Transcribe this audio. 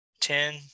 ten